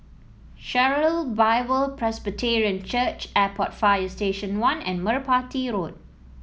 Sharon Bible Presbyterian Church Airport Fire Station One and Merpati Road